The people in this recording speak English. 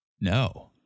No